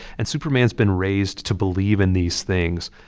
and superman's been raised to believe in these things.